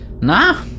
Nah